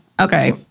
okay